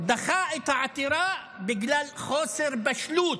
דחה את העתירה בגלל חוסר בשלות.